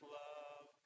love